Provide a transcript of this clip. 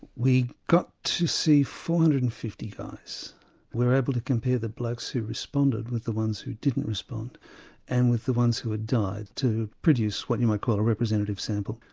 we got to see four hundred and fifty guys. we were able to compare the blokes who responded with the ones who didn't respond and with the ones who had died to produce what you might call a representative sample.